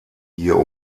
hier